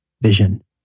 vision